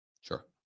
Sure